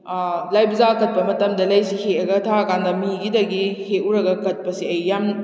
ꯂꯥꯏ ꯄꯨꯖꯥ ꯀꯠꯄ ꯃꯇꯝꯗ ꯂꯩꯁꯤ ꯍꯦꯛꯂꯒ ꯊꯥꯔ ꯀꯥꯟꯗ ꯃꯤꯒꯤꯗꯒꯤ ꯍꯦꯛꯎꯔꯒ ꯀꯠꯄꯁꯦ ꯑꯩ ꯌꯥꯝ